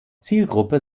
zielgruppe